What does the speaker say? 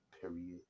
period